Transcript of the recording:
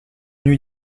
eût